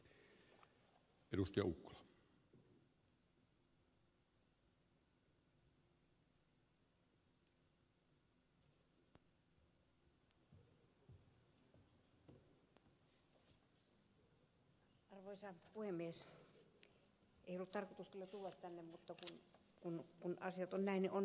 ei ollut tarkoitus kyllä tulla tänne mutta kun asiat ovat näin ne ovat näin